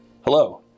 Hello